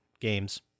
games